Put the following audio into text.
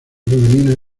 femenina